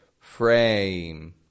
Frame